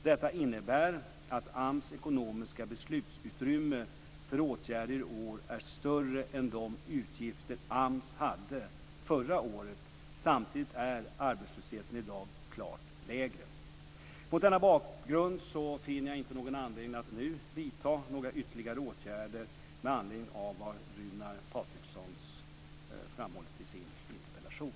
Detta innebär att AMS ekonomiska beslutsutrymme för åtgärder i år är större än de utgifter AMS hade förra året. Samtidigt är arbetslösheten i dag klart lägre. Mot denna bakgrund finner jag inte någon anledning att nu vidta någon ytterligare åtgärd med anledning av Runar Patrikssons interpellation.